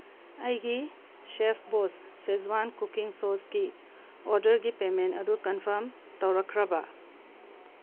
ꯑꯩꯒꯤ ꯁꯦꯞꯕꯣꯁ Szechuan cooking ꯁꯣꯁꯀꯤ ꯑꯣꯔꯗꯔꯒꯤ ꯄꯦꯃꯦꯟ ꯑꯗꯨ ꯀꯟꯐꯥꯝ ꯇꯧꯔꯛꯈ꯭ꯔꯕ